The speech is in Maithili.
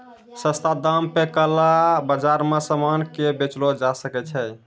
सस्ता दाम पे काला बाजार मे सामान के बेचलो जाय सकै छै